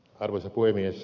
arvoisa puhemies